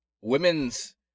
women's